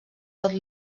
tot